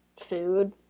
food